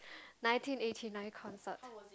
nineteen eighty nine concert